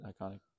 iconic